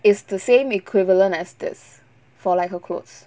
is the same equivalent as this for like her clothes